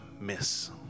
miss